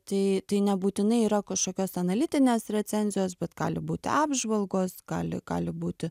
tai nebūtinai yra kašokios analitinės recenzijos bet gali būti apžvalgos gali gali būti